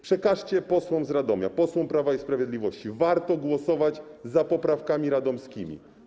Przekażcie posłom z Radomia, posłom Prawa i Sprawiedliwości: Warto głosować za poprawkami radomskimi.